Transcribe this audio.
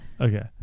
Okay